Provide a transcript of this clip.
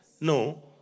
No